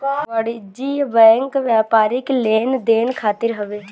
वाणिज्यिक बैंक व्यापारिक लेन देन खातिर हवे